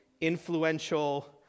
influential